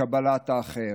וקבלת האחר,